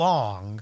Long